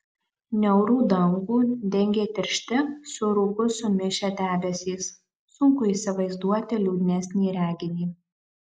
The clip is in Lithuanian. niaurų dangų dengė tiršti su rūku sumišę debesys sunku įsivaizduoti liūdnesnį reginį